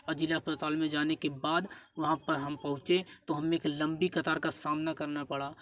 और जिला अस्पताल में जाने के बाद वहाँ पर हम पहुँचे तो हम एक लंबी कतार का सामना करना पड़ा